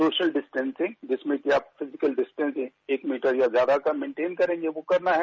social distancing जिसमें कि आप फिजिकल डिस्टेंसिंग एक मीटर या ज्यादा का मेंनटेन करेंगे वो करना है